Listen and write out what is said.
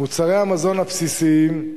מוצרי המזון הבסיסיים,